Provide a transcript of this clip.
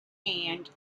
hand